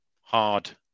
hard